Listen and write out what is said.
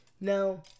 Now